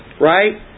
right